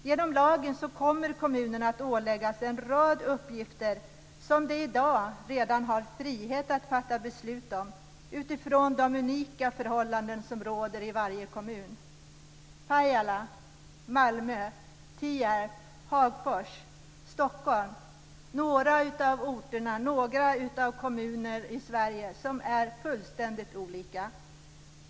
Genom lagen kommer kommunerna att åläggas en rad uppgifter som de i dag redan har frihet att fatta beslut om utifrån de unika förhållanden som råder i varje kommun. Pajala, Malmö, Tierp, Hagfors, Stockholm - det är några av de kommuner i Sverige som är fullständigt olika.